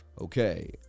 Okay